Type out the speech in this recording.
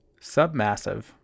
Submassive